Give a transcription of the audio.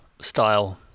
style